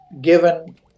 given